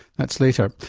that's later,